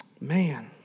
Man